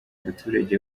abaturage